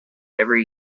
every